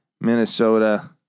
Minnesota